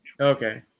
Okay